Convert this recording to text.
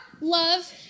love